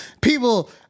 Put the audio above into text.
people